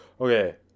Okay